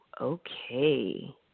okay